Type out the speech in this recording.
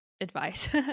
advice